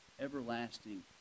everlasting